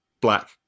black